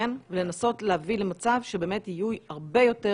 לנסות להביא למצב שבאמת יהיו הרבה יותר